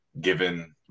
given